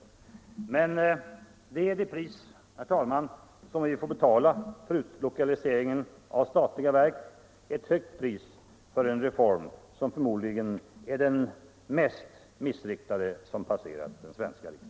Men det är det pris, herr talman, som vi får betala för utlokaliseringen av statliga verk — ett högt pris för en reform som för modligen är den mest missriktade som passerat den svenska riksdagen.